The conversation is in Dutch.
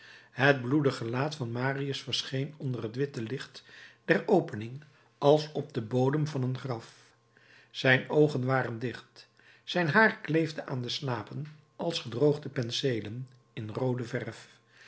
het bloedig gelaat van marius verscheen onder het witte licht der opening als op den bodem van een graf zijn oogen waren dicht zijn haar kleefde aan de slapen als gedroogde penseelen in roode verf